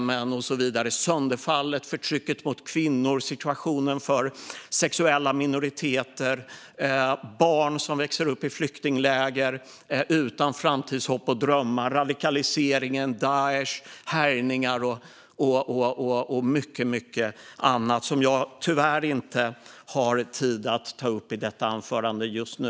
Vi kan också tala om sönderfallet, förtrycket mot kvinnor, situationen för sexuella minoriteter, barn som växer upp i flyktingläger utan framtidshopp och drömmar, radikaliseringen, Daish härjningar och mycket annat som jag tyvärr inte har tid att ta upp i detta anförande just nu.